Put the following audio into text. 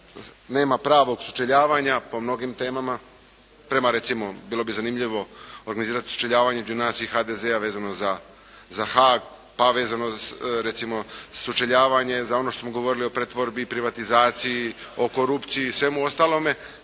nema pravog sučeljavanja po mnogim temama, prema recimo, bilo bi zanimljivo organizirati sučeljavanje između nas i HDZ-a vezano za Haag, pa vezano recimo sučeljavanje za ono što smo govorili o pretvorbi i privatizaciji, o korupciji i svemu ostalome.